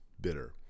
bitter